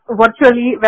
virtually